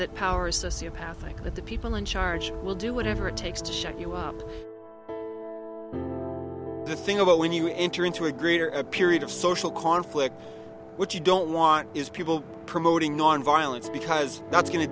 that the people in charge will do whatever it takes to shut you up the thing about when you enter into a greater period of social conflict what you don't want is people promoting non violence because that's going to